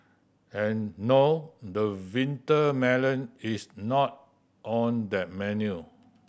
and no the winter melon is not on that menu